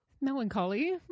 melancholy